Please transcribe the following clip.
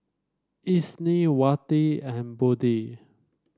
Isni Wati and Budi